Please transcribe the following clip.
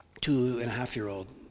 two-and-a-half-year-old